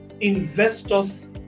investors